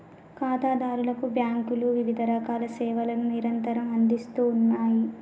ఖాతాదారులకు బ్యాంకులు వివిధరకాల సేవలను నిరంతరం అందిస్తూ ఉన్నాయి